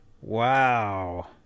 wow